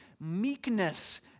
meekness